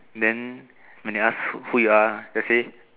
then when they ask who who you are just say